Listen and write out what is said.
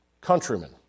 countrymen